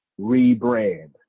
rebrand